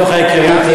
מתוך ההיכרות,